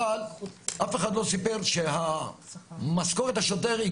אבל אף אחד לא סיפר שהמשכורת השוטר היא